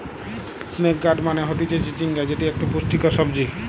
snake gourd মানে হতিছে চিচিঙ্গা যেটি একটো পুষ্টিকর সবজি